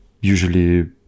usually